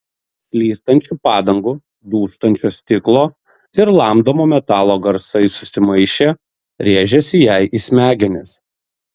slystančių padangų dūžtančio stiklo ir lamdomo metalo garsai susimaišę rėžėsi jai į smegenis